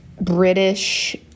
British